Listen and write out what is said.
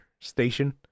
station